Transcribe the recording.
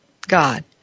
God